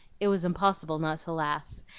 it was impossible not to laugh,